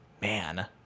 man